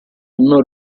non